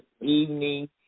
evening